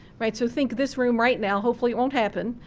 right? so think this room right now, hopefully it won't happen,